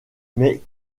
mais